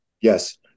Yes